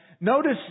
notice